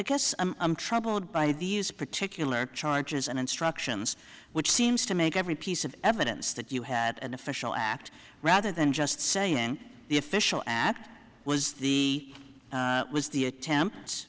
guess i'm troubled by these particular charges and instructions which seems to make every piece of evidence that you had an official act rather than just saying the official act was the was the attempts